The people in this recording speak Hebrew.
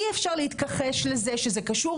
אי אפשר להתכחש לזה שזה קשור,